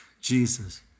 Jesus